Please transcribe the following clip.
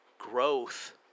Growth